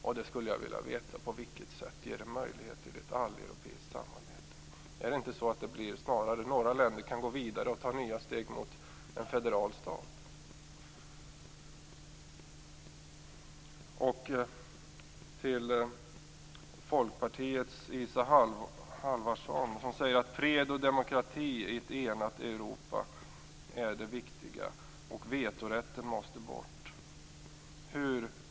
Jag skulle vilja veta hur det ger möjlighet till ett alleuropeiskt samarbete. Är det inte så att några länder kan ta nya steg mot en federal stat? Folkpartiets Isa Halvarsson säger att det är viktigt med fred och demokrati i ett enat Europa. Vetorätten måste bort.